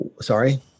Sorry